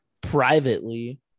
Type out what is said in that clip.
privately